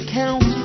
count